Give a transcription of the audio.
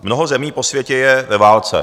Mnoho zemí po světě je ve válce.